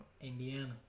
Indiana